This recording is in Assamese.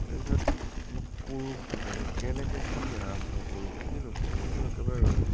তাৰপিছত মই কৰোঁ কি মানে কেনেকে কি আৰম্ভ কৰোঁ কিনো নকৰোঁ মইতো একেবাৰে